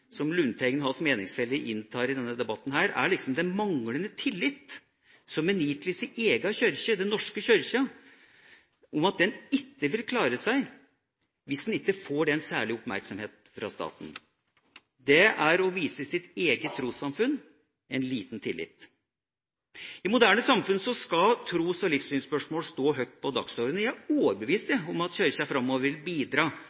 som Lundteigen og hans meningsfeller inntar i denne debatten, er den manglende tillit som en gir til sin egen kirke, Den norske kirke; at den ikke vil klare seg hvis den ikke får den særlige oppmerksomheten fra staten. Det er å vise sitt eget trossamfunn en liten tillit. I moderne samfunn skal tros- og livssynsspørsmål stå høgt på dagsordenen. Jeg er overbevist om at Kirken framover vil bidra